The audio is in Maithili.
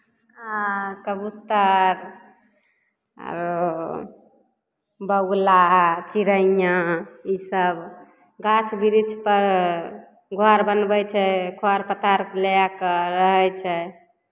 आ कबूतर आरो बगुला चिड़ैयाँ इसभ गाछ वृक्षपर घर बनबै छै खढ़ पत्ता अर लए कऽ रहै छै